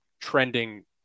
trending